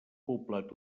poblat